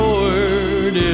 Lord